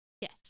Yes